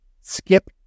skip